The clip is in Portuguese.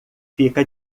fica